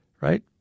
right